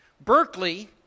Berkeley